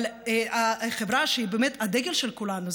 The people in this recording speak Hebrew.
אבל חברה שהיא באמת הדגל של כולנו,